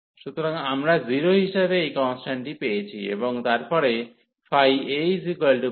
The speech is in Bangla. সুতরাং আমরা 0 হিসাবে এই কন্সট্যান্টটি পেয়েছি এবং তারপরে a2log 1a